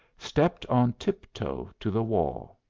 stepped on tiptoe to the wall.